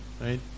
right